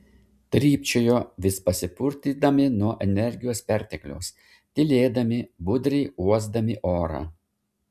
trypčiojo vis pasipurtydami nuo energijos pertekliaus tylėdami budriai uosdami orą